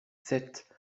sept